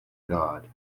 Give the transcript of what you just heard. god